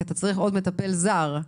כי הוא צריך עוד מטפל זר.